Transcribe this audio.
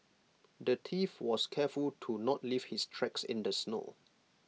the thief was careful to not leave his tracks in the snow